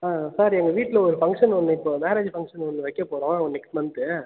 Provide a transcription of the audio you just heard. ஆ sir எங்கள் வீட்டில் ஒரு ஃபங்க்ஷன் ஒன்று இப்போ மேரேஜ் ஃபங்க்ஷன் ஒன்று வைக்க போகறோம் நெக்ஸ்ட் மந்த்து